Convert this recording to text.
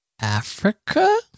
Africa